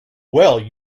well